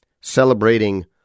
celebrating